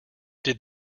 did